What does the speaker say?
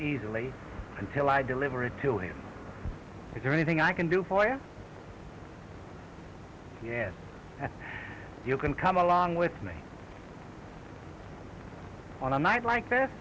easily until i deliver it to him is there anything i can do for you you can come along with me on a night like